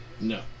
No